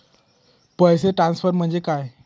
पैसे ट्रान्सफर म्हणजे काय?